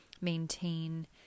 maintain